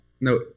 No